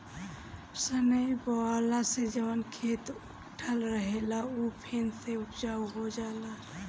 सनई बोअला से जवन खेत उकठल रहेला उ फेन से उपजाऊ हो जाला